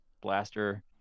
blaster